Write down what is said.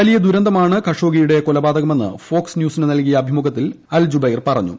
വലിയ ദുരന്തമാണ് ഖഷോഗിയുടെ കൊലപാതകമെന്ന് ഫോക്സ് ന്യൂസിനു നൽകിയ അഭിമുഖത്തിൽ അൽജൂബൈർ പറഞ്ഞു